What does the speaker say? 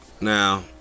now